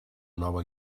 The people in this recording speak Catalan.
nova